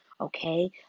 Okay